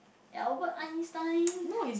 Albert-Einstein